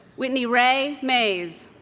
whitnie-rae mays